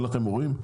אין לכם הורים?